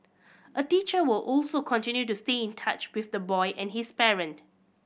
a teacher will also continue to stay in touch with the boy and his parent